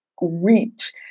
reach